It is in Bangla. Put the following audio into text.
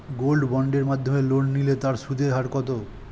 গোল্ড বন্ডের মাধ্যমে লোন নিলে তার সুদের হার কত?